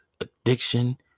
addiction